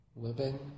Living